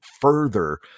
further